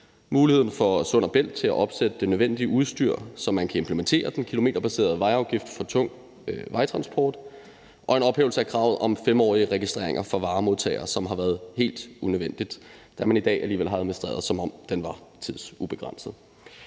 muligheden for Sund & Bælt til at opsætte det nødvendige udstyr, så man kan implementere den kilometerbaserede vejafgift for tung vejtransport, og en ophævelse af kravet om 5-årige registreringer for varemodtagere, som har været helt unødvendigt, da man alligevel har administreret det, som om det var tidsubegrænset.